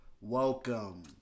welcome